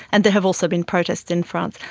and there have also been protests in france.